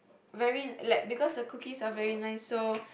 very like because the cookies are very nice so